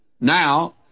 Now